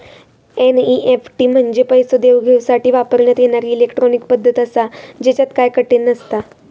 NEFT म्हंजे पैसो देवघेवसाठी वापरण्यात येणारी इलेट्रॉनिक पद्धत आसा, त्येच्यात काय कठीण नसता